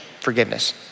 forgiveness